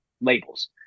labels